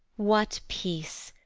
what peace,